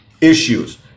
issues